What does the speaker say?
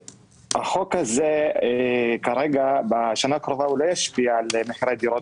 החוק הזה לא ישפיע בשנה הקרובה על מחירי הדירות,